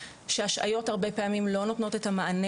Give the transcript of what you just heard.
שהשעיות הרבה פעמים לא נותנות את המענה